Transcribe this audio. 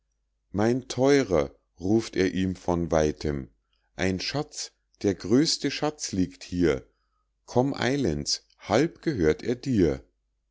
mein theurer ruft er ihm von weitem ein schatz der größte schatz liegt hier komm eilends halb gehört er dir